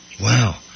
Wow